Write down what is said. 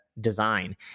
design